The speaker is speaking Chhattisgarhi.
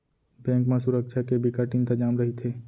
बेंक म सुरक्छा के बिकट इंतजाम रहिथे